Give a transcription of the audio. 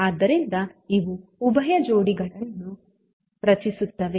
ಆದ್ದರಿಂದ ಇವು ಉಭಯ ಜೋಡಿಗಳನ್ನು ರಚಿಸುತ್ತವೆ